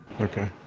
Okay